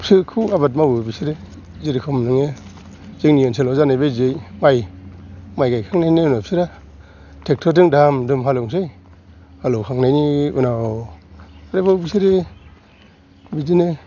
बिसोरखौ आबाद मावो बिसोरो जेरेखम नोङो जोंनि ओनसोलाव जानाय बादियै माइ गायखांनायनि उनाव बिसोरो ट्रेक्टरजों दाम दुम हालौसै हालौखांनायनि उनाव आरोबाव बिसोरो बिदिनो